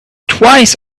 twice